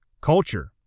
culture